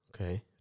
Okay